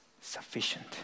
sufficient